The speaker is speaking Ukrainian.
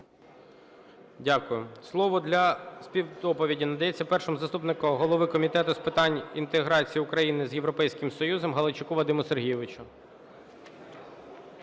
Дякую. Слово для співдоповіді надається першому заступнику голови Комітету з питань інтеграції України з Європейським Союзом Галайчуку Вадиму Сергійовичу.